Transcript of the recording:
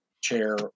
chair